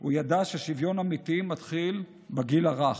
הוא ידע ששוויון אמיתי מתחיל בגיל הרך,